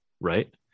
right